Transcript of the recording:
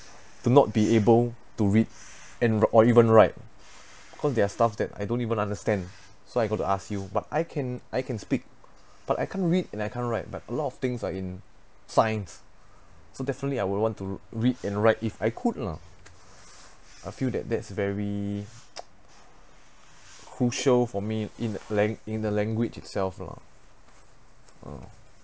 to not be able to read and or even write cause there are stuff that I don't even understand so I got to ask you but I can I can speak but I can't read and I can't write but a lot of thing are in signs so definitely I would want to read and write if I could lah I feel that that's very crucial for me in that lang~ in the language itself lah ah